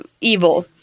evil